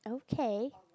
okay